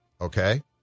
okay